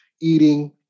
eating